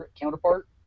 counterpart